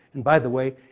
and by the way,